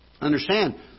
Understand